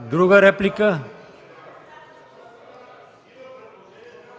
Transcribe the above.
Друга реплика?